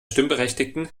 stimmberechtigten